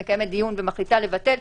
אני משאיר לך מתי לשאול.